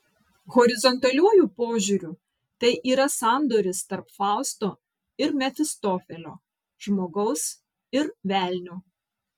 horizontaliuoju požiūriu tai yra sandoris tarp fausto ir mefistofelio žmogaus ir velnio